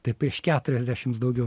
tai prieš keturiasdešimt daugiau